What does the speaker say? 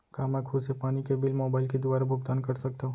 का मैं खुद से पानी के बिल मोबाईल के दुवारा भुगतान कर सकथव?